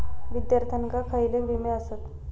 विद्यार्थ्यांका खयले विमे आसत?